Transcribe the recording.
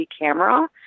camera